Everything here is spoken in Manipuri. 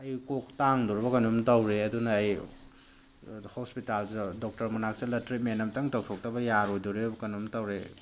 ꯑꯩ ꯀꯣꯛ ꯇꯥꯡꯗꯣꯔꯕ꯭ꯔ ꯀꯩꯅꯣꯝ ꯇꯧꯔꯦ ꯑꯗꯨꯅ ꯑꯩ ꯍꯣꯁꯄꯤꯇꯥꯜꯗ ꯗꯣꯛꯇꯔ ꯃꯅꯥꯛ ꯆꯠꯂ ꯇ꯭ꯔꯤꯠꯃꯦꯟ ꯑꯝꯇꯪ ꯇꯧꯊꯣꯛꯇꯕ ꯌꯥꯔꯣꯏꯗꯣꯔꯤꯕ ꯀꯩꯅꯣꯝ ꯇꯧꯔꯦ